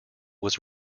was